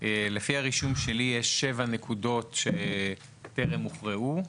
לפי הרישום שלי יש שבע נקודות שטרם הוכרעו: